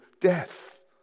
death